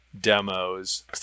demos